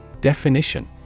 Definition